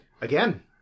Again